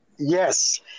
Yes